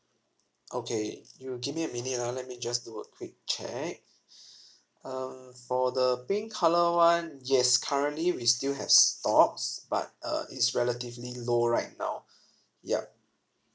okay you give me a minute ah let me just do a quick check um for the pink colour one yes currently we still have stocks but uh it's relatively low right now yup